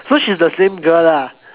so she's the same girl lah